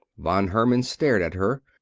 von herman stared at her.